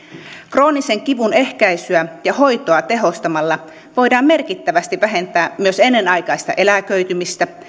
kroonisen kivun ehkäisyä ja hoitoa tehostamalla voidaan merkittävästi vähentää myös ennenaikaista eläköitymistä